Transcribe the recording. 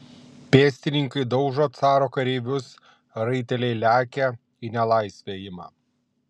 pėstininkai daužo caro kareivius raiteliai lekia į nelaisvę ima